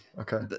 okay